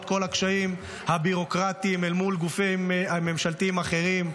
כל הקשיים הביורוקרטיים אל מול גופים ממשלתיים אחרים,